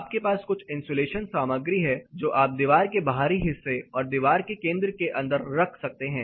आपके पास कुछ इन्सुलेशन सामग्री है जो आप दीवार के बाहरी हिस्से और दीवार के केंद्र के अंदर रख सकते हैं